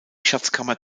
schatzkammer